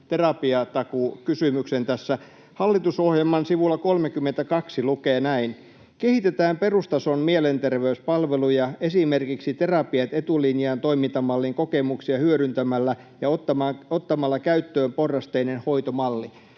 terapiatakuukysymyksen tässä. Hallitusohjelman sivulla 32 lukee näin: ”Kehitetään perustason mielenterveyspalveluja esimerkiksi Terapiat etulinjaan ‑toimintamallin kokemuksia hyödyntämällä ja ottamalla käyttöön porrasteinen hoitomalli.”